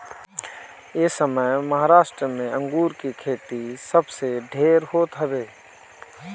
एसमय महाराष्ट्र में अंगूर के खेती सबसे ढेर होत हवे